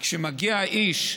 כשמגיע האיש,